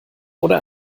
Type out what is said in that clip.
oder